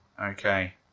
Okay